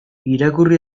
irakurri